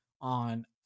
on